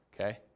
okay